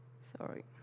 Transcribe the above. Sorry